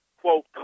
quote